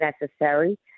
necessary